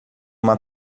uma